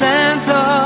Santa